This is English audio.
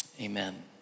amen